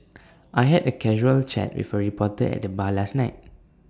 I had A casual chat with A reporter at the bar last night